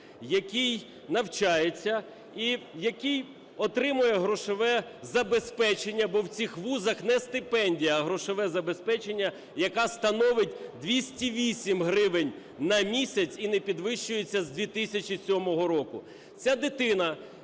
який навчається і який отримує грошове забезпечення, бо в цих вузах не стипендія, а грошове забезпечення, яка становить 208 гривень на місяць і не підвищується з 2007 року. Ця дитина